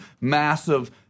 Massive